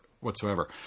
whatsoever